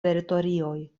teritorioj